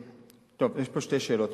יש פה שתי שאלות.